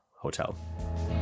Hotel